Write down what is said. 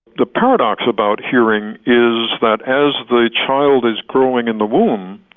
the paradox about hearing is that as the child is growing in the womb,